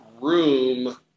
room